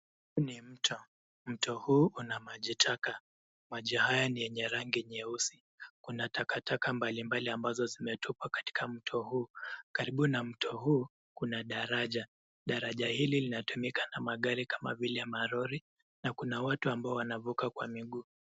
Huu ni mto. Mto huu una maji taka. Maji haya ni yenye rangi nyeusi. Kuna takataka mbali mbali ambazo zimetupwa katika mto huu. Karibu na mto huu kuna daraja. Daraja hili linatumika na magari kama vile malori na kuna watu ambao wanavuka kwa miguu.